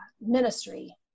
ministry